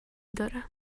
دارم